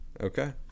okay